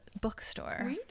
bookstore